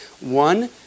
One